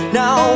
now